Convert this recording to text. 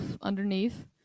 underneath